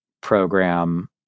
program